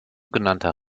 genannter